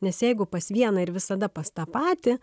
nes jeigu pas vieną ir visada pas tą patį